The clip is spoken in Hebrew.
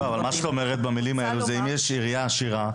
מה שאת אומרת במלים האלה זה אם יש עירייה עשירה,